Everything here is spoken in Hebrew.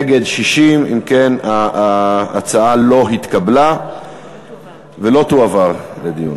נגד, 60. אם כן, ההצעה לא התקבלה ולא תועבר לדיון.